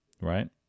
right